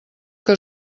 que